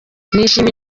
nishimiye